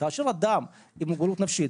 כאשר אדם עם מוגבלות נפשית